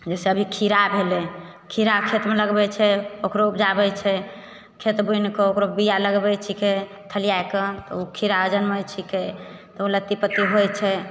जैसे अभी खीरा भेलै खीरा खेतमे लगबैत छै ओकरो उपजाबैत छै खेत बुनकि ओकरो बीआ लगबैत छिकै थलिआएकऽ तऽ ओ खीरा जन्मैत छिकै तऽ ओ लत्ती पत्ती होइत छै